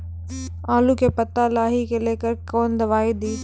आलू के पत्ता लाही के लेकर कौन दवाई दी?